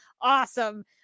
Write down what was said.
awesome